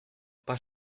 pas